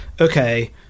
okay